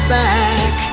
back